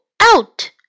out